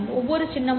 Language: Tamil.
ஒவ்வொரு சின்னமும்